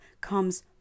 comes